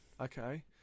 Okay